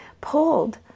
pulled